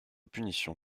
punition